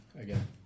again